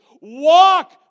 Walk